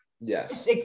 Yes